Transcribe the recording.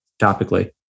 topically